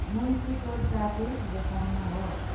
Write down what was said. मुल्सीको traffic देखाउनुहोस्